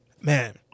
Man